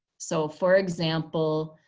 so for example,